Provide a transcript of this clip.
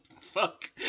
Fuck